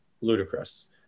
ludicrous